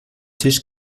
tisch